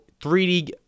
3D